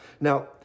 Now